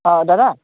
অঁ দাদা